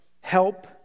help